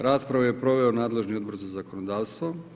Raspravu je proveo nadležni Odbor za zakonodavstvo.